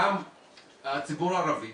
גם הציבור הערבי